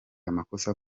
amakosa